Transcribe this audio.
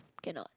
cannot